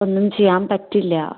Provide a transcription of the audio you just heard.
ഒന്നും ചെയ്യാൻ പറ്റില്ല